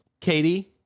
Katie